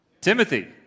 Timothy